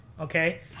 okay